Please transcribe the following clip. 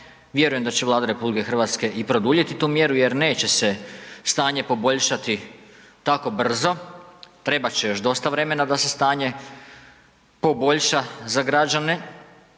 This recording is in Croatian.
Vjerujem da će Vlada RH i produljiti tu mjeru jer neće se stanje poboljšati tako brzo, trebat će još dosta vremena da se stanje poboljša za građane,